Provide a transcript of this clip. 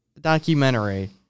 documentary